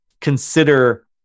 consider